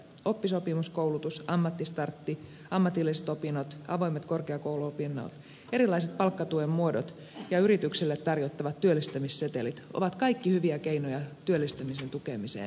oppisopimuskoulutus ammattistartti ammatilliset opinnot avoimet korkeakouluopinnot erilaiset palkkatuen muodot ja yrityksille tarjottavat työllistämissetelit ovat kaikki hyviä keinoja työllistämisen tukemiseen